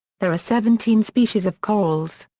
there are seventeen species of corals.